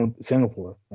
singapore